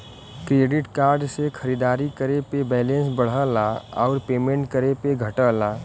credit card से खरीदारी करे पे बैलेंस बढ़ला आउर पेमेंट करे पे घटला